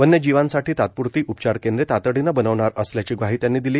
वन्यजीवासाठी तात्पूरती उपचार केंद्रे तातडीनं बनवणार असल्याची ग्वाही त्यांनी दिली